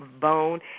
Bone